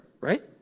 right